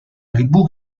tribù